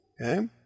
Okay